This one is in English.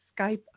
Skype